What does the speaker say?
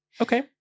Okay